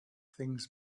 things